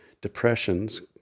depressions